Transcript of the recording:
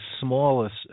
smallest